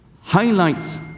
highlights